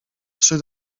trzy